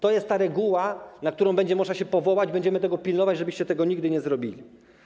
To jest ta reguła, na którą będzie można się powołać, będziemy tego pilnować, żebyście tego nigdy nie zrobili.